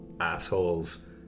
assholes